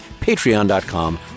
Patreon.com